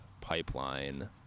pipeline